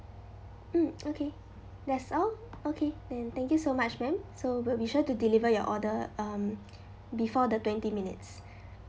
mm okay that's all okay then thank you so much ma'am so we'll be sure to deliver your order um before the twenty minutes